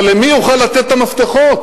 אבל למי אוכל לתת את המפתחות?